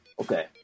Okay